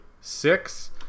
six